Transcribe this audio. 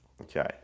Okay